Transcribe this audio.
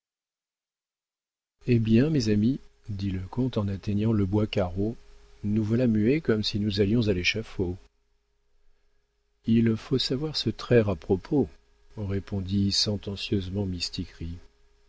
eh bien mes amis dit le comte en atteignant le bois carreau nous voilà muets comme si nous allions à l'échafaud il faut savoir se traire à propos répondit sentencieusement mistigris